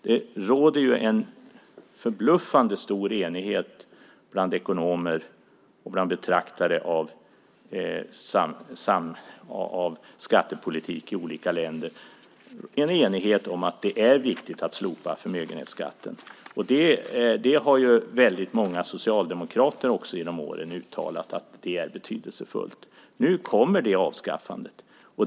Det råder förbluffande stor enighet bland ekonomer och bland betraktare av skattepolitik i olika länder om att det är viktigt att slopa förmögenhetsskatten. Många socialdemokrater har också uttalat genom åren att det är betydelsefullt. Nu kommer det avskaffandet.